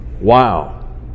wow